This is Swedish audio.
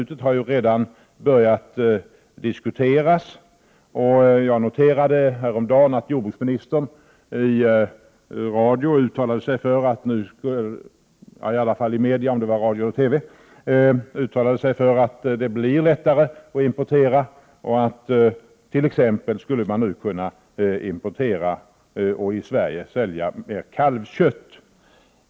Man har ju redan börjat diskutera effekterna av GATT-beslutet. Häromdagen noterade jag att jordbruksministern i massmedia uttalade sig för att det nu blir lättare att importera vissa produkter. Exempelvis skall man nu kunna importera till Sverige och här sälja mera kalvkött.